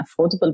affordable